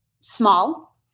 small